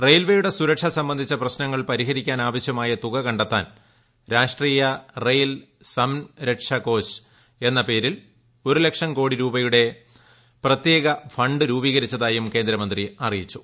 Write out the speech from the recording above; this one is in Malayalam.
റെയിൽവേയുടെ സുരക്ഷ സംബന്ധിച്ച പ്രശ്നങ്ങൾ പരിഹരിക്കാനാവശ്യമായ തുക കണ്ടെത്താൻ രാഷ്ട്രീയ റെയിൽ സംരക്ഷകോശ് എന്ന പേരിൽ ഒരു ലക്ഷം കോടി രൂപയുടെ പ്രത്യേക ഫണ്ട് രൂപീകരിച്ചതായും കേന്ദ്രമന്ത്രി അറിയിച്ചു